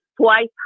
twice